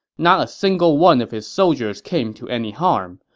not a single one of his soldiers came to any harm.